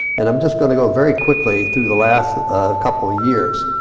and i'm just gonna go very quickly through the last ah couple of years.